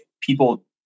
people